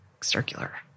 circular